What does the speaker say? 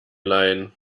leihen